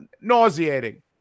nauseating